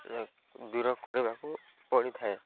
ଦୂର କରିବାକୁ ପଡ଼ିଥାଏ